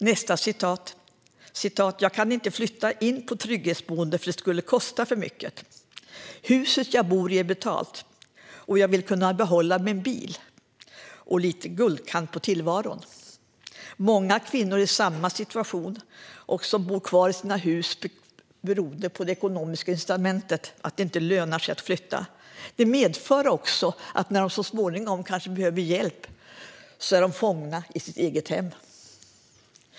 En annan kvinna säger: Jag kan inte flytta in på trygghetsboende, för det skulle kosta för mycket. Huset jag bor i är betalt, och jag vill kunna behålla min bil och ha lite guldkant på tillvaron. Det finns många kvinnor i samma situation som bor kvar i sina hus beroende på det ekonomiska incitamentet. Det lönar sig inte att flytta. Detta medför att när de så småningom kanske behöver hjälp är de fångna i sitt eget hem.